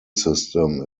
system